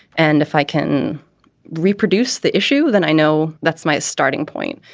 and if i can reproduce the issue, then i know that's my starting point.